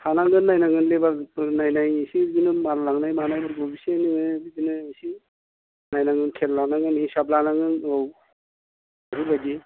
थानांगोन नायनांगोन लेबार फोर नायनाय एसे बिदिनो माल लांनाय मानायफोरखौ एसे नोंङो बिदिनो एसे नायनांगोन खेल लानांगोन हिसाब लानांगोन औ बेफोरबायदि